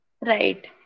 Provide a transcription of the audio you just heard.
right